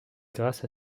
grâce